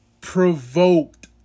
provoked